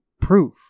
proof